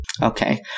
Okay